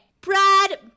Brad